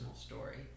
story